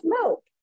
smoke